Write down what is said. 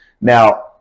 Now